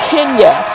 Kenya